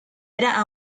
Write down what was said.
era